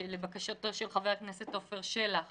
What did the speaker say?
לבקשתו של חבר הכנסת עפר שלח